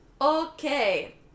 Okay